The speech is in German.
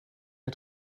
der